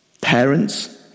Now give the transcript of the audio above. parents